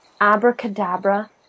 abracadabra